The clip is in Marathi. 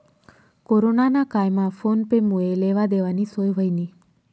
कोरोना ना कायमा फोन पे मुये लेवा देवानी सोय व्हयनी